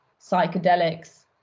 psychedelics